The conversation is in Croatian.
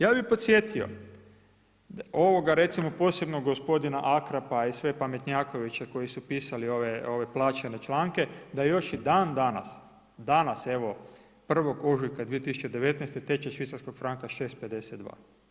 Ja bih podsjetio ovoga recimo posebno gospodina Akrapa i sve pametnjakoviće koji su pisali ove plaćene članke, da još i dan danas, danas, evo 1. ožujka 2019. tečaj švicarskog franka 6,52.